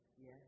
Yes